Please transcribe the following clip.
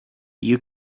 you